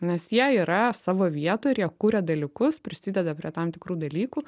nes jie yra savo vietoj ir jie kuria dalykus prisideda prie tam tikrų dalykų